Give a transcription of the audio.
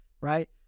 right